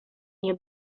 nie